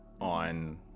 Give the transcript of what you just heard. on